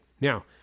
Now